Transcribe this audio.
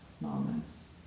moments